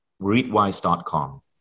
Readwise.com